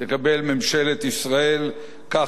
כך היה וכך צריך להיות,